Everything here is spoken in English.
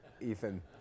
Ethan